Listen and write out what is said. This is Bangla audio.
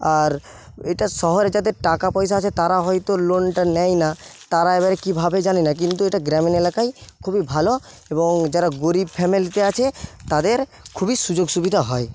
আর এটা শহরে যাদের টাকা পয়সা আছে তারা হয়তো লোনটা নেয় না তারা এবারে কি ভাবে জানি না কিন্তু এটা গ্রামীণ এলাকায় খুবই ভালো এবং যারা গরিব ফ্যামিলিতে আছে তাদের খুবই সুযোগ সুবিধা হয়